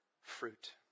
fruit